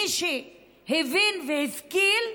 מי שהבין והשכיל,